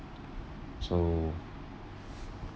so